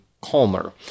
calmer